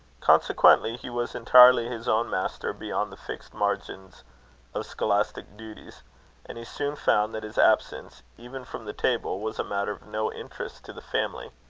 consequently, he was entirely his own master beyond the fixed margin of scholastic duties and he soon found that his absence, even from the table, was a matter of no interest to the family.